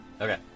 Okay